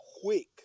quick